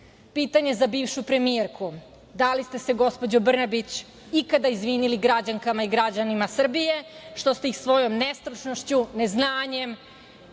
sud. Pitanje za bivšu premijerku – da li ste se gospođo Brnabić ikada izvinili građankama i građanima Srbije, što ste ih svojom nestručnošću, neznanjem,